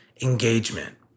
engagement